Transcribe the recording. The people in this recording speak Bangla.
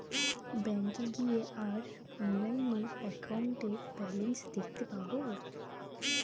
ব্যাঙ্কে গিয়ে আর অনলাইনে একাউন্টের ব্যালান্স দেখতে পাবো